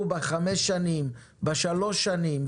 בחמש השנים האחרונות ובשלוש השנים האחרונות.